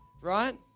Right